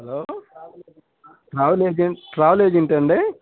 hello travel agent travel ఏజెంటా అండి